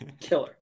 killer